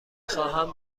خواهم